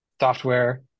software